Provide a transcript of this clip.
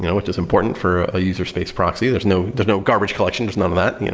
which is important for a user space proxy. there's no there's no garbage collection. there's none of that.